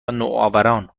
نوآوران